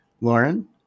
Lauren